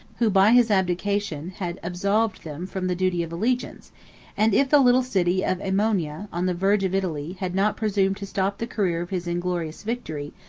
who, by his abdication, had absolved them from the duty of allegiance and if the little city of aemona, on the verge of italy, had not presumed to stop the career of his inglorious victory,